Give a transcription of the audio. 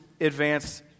advance